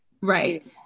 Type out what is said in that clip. Right